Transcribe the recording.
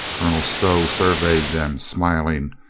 colonel stow surveyed them, smiling,